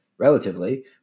relatively